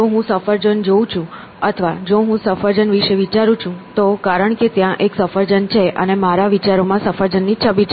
જો હું સફરજન જોઉં છું અથવા જો હું સફરજન વિશે વિચારું છું તો કારણ કે ત્યાં એક સફરજન છે અને મારા વિચારોમાં સફરજન ની છબી છે